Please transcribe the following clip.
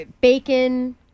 bacon